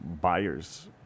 buyers